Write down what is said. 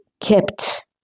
kept